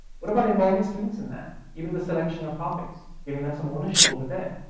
what about involving students in that? even the selection of topics, giving them some ownership over there.